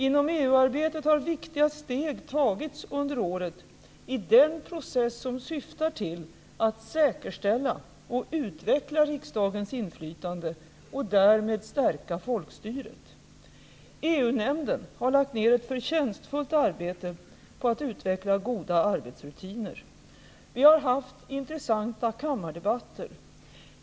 Inom EU-arbetet har viktiga steg tagits under året i den process som syftar till att säkerställa och utveckla riksdagens inflytande och därmed stärka folkstyret. EU-nämnden har lagt ned ett förtjänstfullt arbete på att utveckla goda arbetsrutiner. Vi har haft intressanta kammardebatter.